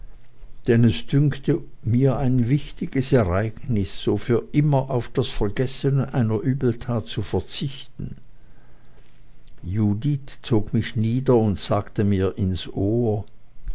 es dünkte mir ein wichtiges ereignis so für immer auf das vergessen einer übeltat zu verzichten judith zog mich nieder und sagte mir ins ohr